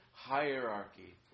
hierarchy